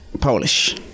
Polish